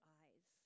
eyes